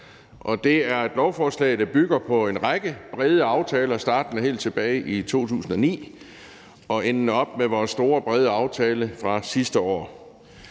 og det er et lovforslag, der bygger på en række brede aftaler startende helt tilbage i 2009 og endende op med vores store, brede aftale fra sidste år.